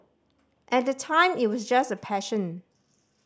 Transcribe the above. at the time it was just a passion